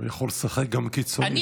הוא יכול לשחק גם קיצוני, לא?